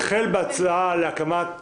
זה החל כהצעה להקמת ועדה,